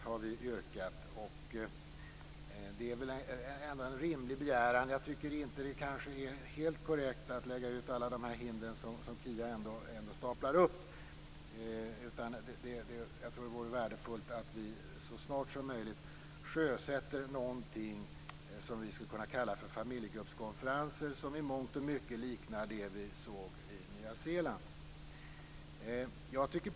Det är väl ändå en rimlig begäran. Det är kanske inte helt korrekt att stapla upp alla dessa hinder som Kia Andreasson gör. Jag tror att det vore värdefullt om man så snart som möjligt kunde sjösätta någonting som skulle kunna kallas för familjegruppskonferenser och som i mångt och mycket liknar det som vi såg i Nya Zeeland.